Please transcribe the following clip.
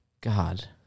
God